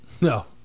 No